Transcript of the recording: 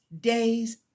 days